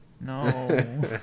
No